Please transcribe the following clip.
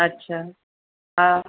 अच्छा हा